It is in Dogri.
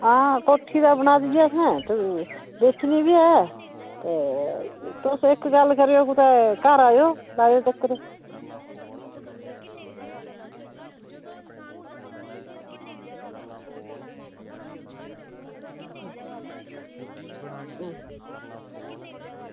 आं कोठी ते बनाई दी असें ते बेचनी ते ऐ ते तुस इक्क गल्ल करेओ कुदै घर आयो लायो चक्कर